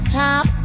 top